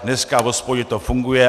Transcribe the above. Dneska v hospodě to funguje.